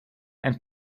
and